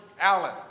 Allen